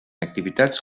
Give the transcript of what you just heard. activitats